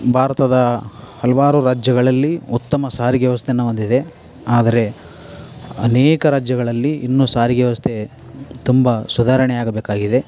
ಭಾರತದ ಹಲವಾರು ರಾಜ್ಯಗಳಲ್ಲಿ ಉತ್ತಮ ಸಾರಿಗೆ ವ್ಯವಸ್ಥೆಯನ್ನ ಹೊಂದಿದೆ ಆದರೆ ಅನೇಕ ರಾಜ್ಯಗಳಲ್ಲಿ ಇನ್ನೂ ಸಾರಿಗೆ ವ್ಯವಸ್ಥೆ ತುಂಬ ಸುಧಾರಣೆ ಆಗಬೇಕಾಗಿದೆ